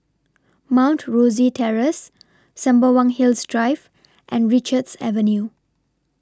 Mount Rosie Terrace Sembawang Hills Drive and Richards Avenue